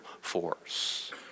force